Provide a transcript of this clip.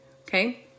Okay